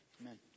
Amen